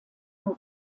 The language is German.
nur